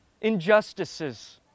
Injustices